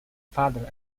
father